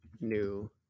new